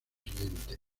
siguientes